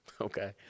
Okay